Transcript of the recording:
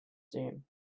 dream